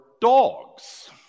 dogs